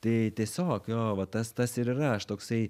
tai tiesiog jo va tas tas ir aš toksai